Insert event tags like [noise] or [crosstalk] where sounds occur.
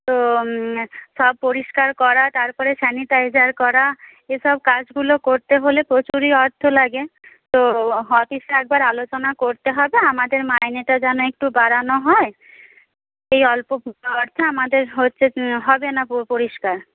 তো সব পরিষ্কার করা তারপরে স্যানিটাইজার করা এসব কাজগুলো করতে হলে প্রচুরই অর্থ লাগে তো অফিসে একবার আলোচনা করতে হবে আমাদের মাইনেটা যেন একটু বাড়ানো হয় এই অল্প [unintelligible] অর্থে আমাদের হচ্ছে হবে না পরিষ্কার